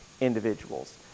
individuals